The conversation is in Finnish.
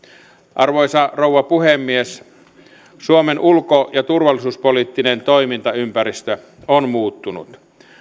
arvoisa rouva puhemies suomen ulko ja turvallisuuspoliittinen toimintaympäristö on muuttunut